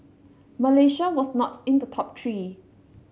Malaysia was not in the top three